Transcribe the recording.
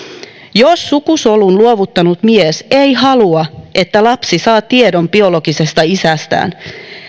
jos sukusolun luovuttanut mies ei halua että lapsi saa tiedon biologisesta isästään